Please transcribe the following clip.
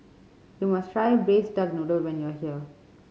you must try Braised Duck Noodle when you are here